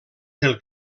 pel